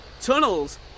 tunnels